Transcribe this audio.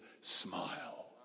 smile